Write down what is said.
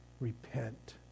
repent